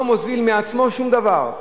לא מוזיל מעצמו שום דבר,